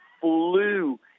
flew